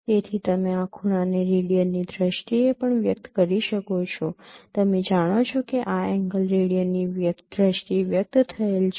તેથી તમે આ ખૂણાને રેડિયનની દ્રષ્ટિએ પણ વ્યક્ત કરી શકો છો તમે જાણો છો કે આ એંગલ રેડિયનની દ્રષ્ટિએ વ્યક્ત થયેલ છે